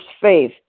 faith